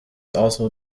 also